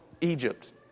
Egypt